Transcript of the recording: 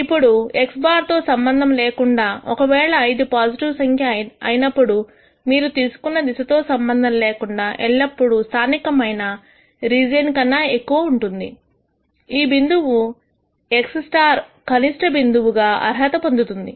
ఇప్పుడు x̅ తో సంబంధం లేకుండా ఒకవేళ ఇది పాజిటివ్ సంఖ్య అయినప్పుడు మీరు తీసుకున్న దిశ తో సంబంధం లేకుండా ఎల్లప్పుడూ స్థానికమైన రీజియన్ కన్నా ఎక్కువ ఉంటుంది ఈ బిందువు x స్టార్ కనిష్ట బిందువుగా అర్హత పొందుతుంది